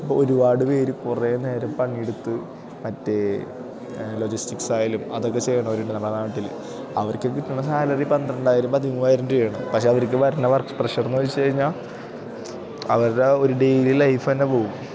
ഇപ്പോള് ഒരുപാട് പേര് കുറേ നേരം പണിയെടുത്ത് മറ്റേ ലോജിസ്റ്റിക്സ് ആയാലും അതൊക്കെ ചെയ്യുന്നവരുണ്ട് നമ്മടെ നാട്ടില് അവർക്കു കിട്ടുന്ന സാലറി പന്ത്രണ്ടായിരം പതിമൂവായിരം രൂപയാണ് പക്ഷെ അവർക്ക് വരുന്ന വർക്ക് പ്രഷറെന്നു വച്ചുകഴിഞ്ഞാല് അവരുടെ ഒരു ഡെയിലി ലൈഫ് തന്നെ പോകും